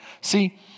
See